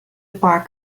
bark